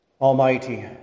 Almighty